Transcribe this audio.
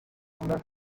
left